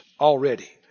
already